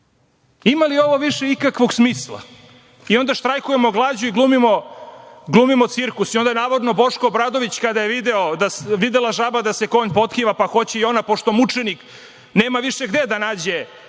Imali li ovo više ikakvog smisla? Onda štrajkujemo glađu i glumimo cirkus i onda navodno Boško Obradović kada je video, videla žaba da se konj potkiva, pa hoće i ona, pošto mučenik nema više gde da nađe